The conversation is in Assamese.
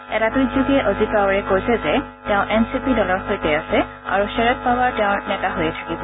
এটা টুইটযোগে অজিত পাৱাৰে কৈছে যে তেওঁ এন চি পি দলৰ সৈতে আছে আৰু শাৰদ পাৱাৰ তেওঁৰ নেতা হৈয়ে থাকিব